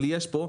אבל יש פה.